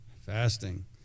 fasting